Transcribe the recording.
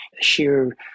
sheer